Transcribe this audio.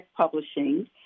Publishing